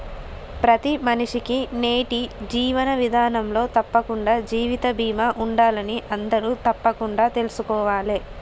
ప్రతి మనిషికీ నేటి జీవన విధానంలో తప్పకుండా జీవిత బీమా ఉండాలని అందరూ తప్పకుండా తెల్సుకోవాలే